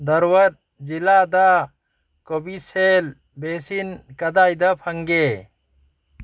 ꯗꯔꯋꯠ ꯖꯤꯜꯂꯥꯗ Covishield vaccine ꯀꯗꯥꯏꯗ ꯐꯪꯒꯦ